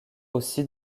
aussi